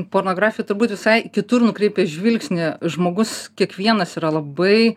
pornografija turbūt visai kitur nukreipia žvilgsnį žmogus kiekvienas yra labai